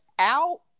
out